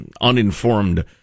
uninformed